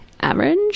Average